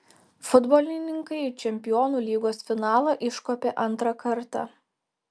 futbolininkai į čempionų lygos finalą iškopė antrą kartą